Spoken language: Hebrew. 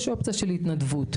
יש אופציה של התנדבות.